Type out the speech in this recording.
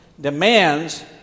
demands